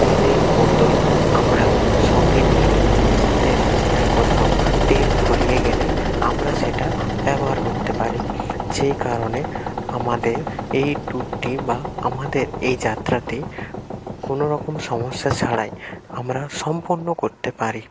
তেলের বোতল আমরা সঙ্গে নিয়ে নিই যাতে রাস্তায় কোথাও তেল ফুরিয়ে গেলে আমরা সেটা ব্যবহার করতে পারি যেই কারণে আমাদের এই ট্যুরটি বা আমাদের এই যাত্রাতে কোনো রকম সমস্যা ছাড়াই আমরা সম্পন্ন করতে পারি